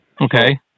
Okay